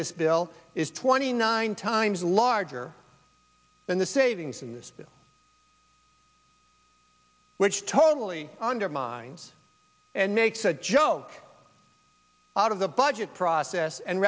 this bill is twenty nine times larger than the savings in this bill which totally undermines and makes a joke out of the budget process and